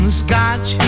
scotch